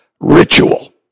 ritual